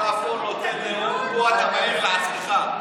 אתה, פה אתה מעיר לעצמך.